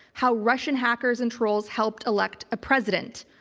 how russian hackers and trolls helped elect a president.